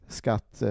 skatt